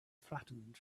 flattened